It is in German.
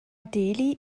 delhi